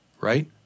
right